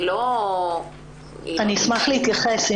אני אשמח להתייחס.